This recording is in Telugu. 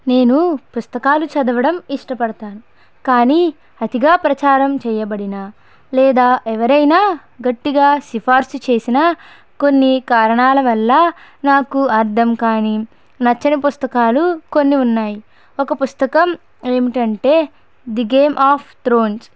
నేను పుస్తకాలు చదవడం ఇష్టపడతాను కానీ అతిగా ప్రచారం చేయబడిన లేదా ఎవరైనా గట్టిగా సిఫార్సు చేసిన కొన్ని కారణాలవల్ల నాకు అర్థం కానీ నచ్చని పుస్తకాలు కొన్ని ఉన్నాయి ఒక పుస్తకం ఏమిటంటే ది గేమ్ ఆఫ్ త్రోన్స్